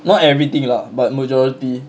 not everything lah but majority